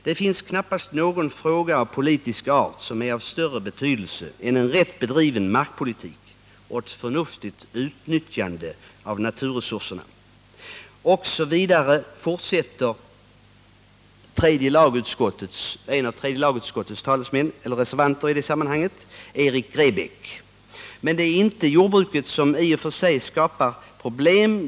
Det finns knappast någon fråga av politisk art som är av större betydelse än en rätt bedriven markpolitik och ett förnuftigt utnyttjande av naturresurserna.” Så fortsätter Erik Grebäck, den gången reservant i tredje lagutskottet: ”Men det är inte jordbruket som i och för sig skapar problemen.